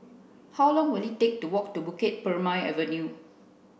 how long will it take to walk to Bukit Purmei Avenue